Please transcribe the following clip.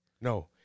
no